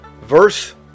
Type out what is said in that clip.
Verse